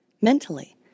Mentally